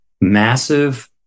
massive